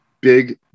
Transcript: Big